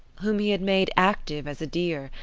whom he had made active as a deer,